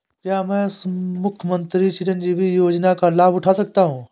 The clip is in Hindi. क्या मैं मुख्यमंत्री चिरंजीवी योजना का लाभ उठा सकता हूं?